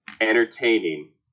entertaining